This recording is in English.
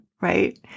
right